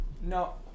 No